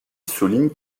souligne